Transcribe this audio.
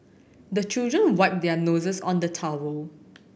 the children wipe their noses on the towel